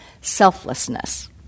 selflessness